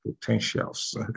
potentials